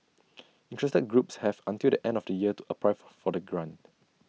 interested groups have until the end of the year to apply for for the grant